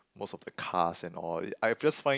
most of the cast and all I just find